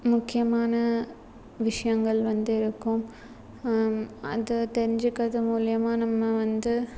முக்கியமான விஷயங்கள் வந்து இருக்கும் அதை தெரிஞ்சிக்கிறது மூலிமா நம்ம வந்து